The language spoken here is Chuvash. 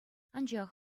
анчах